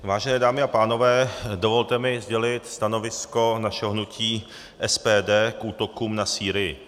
Vážené dámy a pánové, dovolte mi sdělit stanovisko našeho hnutí SPD k útokům na Sýrii.